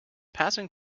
passing